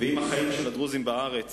ואם החיים של הדרוזים בארץ